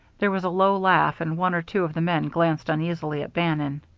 there was a low laugh, and one or two of the men glanced uneasily at bannon.